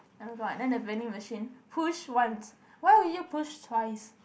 and then what and then vending machine push once why would you push twice